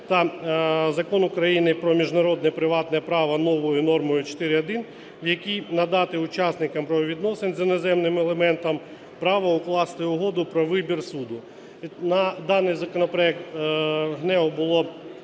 та Закону України "Про міжнародне приватне право" новою нормою 4.1, в якій надати учасникам правових відносин з іноземним елементом право укласти угоду про вибір суду. На даний законопроект ГНЕУ було